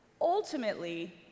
ultimately